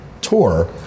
Tour